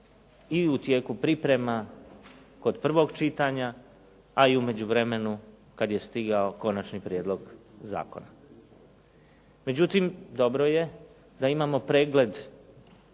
i u tijeku priprema kod prvog čitanja, a i u međuvremenu kad je stigao konačni prijedlog zakona. Međutim, dobro je da imamo pregled